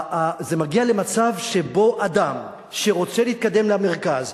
זה מגיע למצב שבו אדם שרוצה להתקדם למרכז,